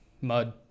Mud